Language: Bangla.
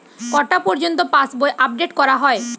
কটা পযর্ন্ত পাশবই আপ ডেট করা হয়?